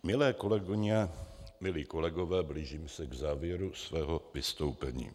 Milé kolegyně, milí kolegové, blížím se k závěru svého vystoupení.